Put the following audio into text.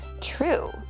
True